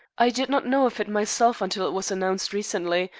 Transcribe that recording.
i did not know of it myself until it was announced recently,